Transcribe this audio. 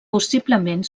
possiblement